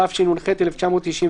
חתשנ״ח־1998"